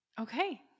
Okay